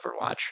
Overwatch